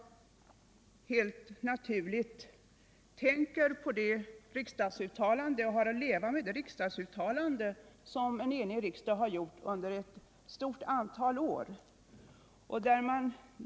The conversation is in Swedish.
Vi skall hålla i minnet att kommunerna vid sin planering gärna blir litet väl ambitiösa.